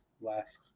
last